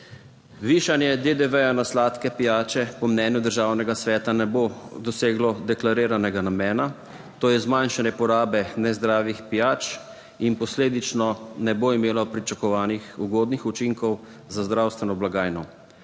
Višanje DDV na sladke pijače po mnenju Državnega sveta ne bo doseglo deklariranega namena, to je zmanjšanje porabe nezdravih pijač in posledično ne bo imelo pričakovanih ugodnih učinkov za zdravstveno blagajno.